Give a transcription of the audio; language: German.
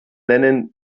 nennen